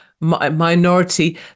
minority